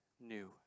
new